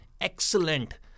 excellent